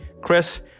Chris